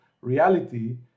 reality